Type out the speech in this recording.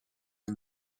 and